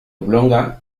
oblonga